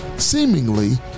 seemingly